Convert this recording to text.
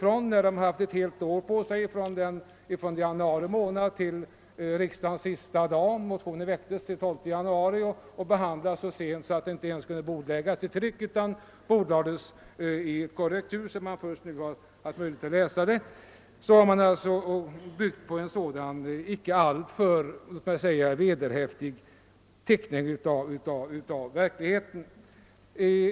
Trots att utskottet har haft ett helt år på sig från januari månad till riksdagens sista dag — motionen väcktes den 12 januari och behandlas så sent att utlåtandet inte ens kunde bordläggas i tryck utan bordlades i korrektur så att vi först nu har haft möjlighet att läsa det — har man alltså byggt på en inte alltför vederhäftig teckning av verkligheten.